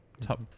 Top